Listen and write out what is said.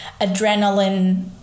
adrenaline